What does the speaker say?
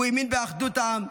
הוא האמין באחדות העם,